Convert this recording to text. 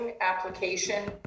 application